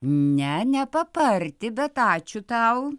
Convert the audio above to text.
ne ne papartį bet ačiū tau